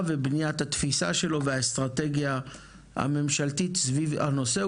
ובניית התפיסה והאסטרטגיה הממשלתית שלו סביב הנושא,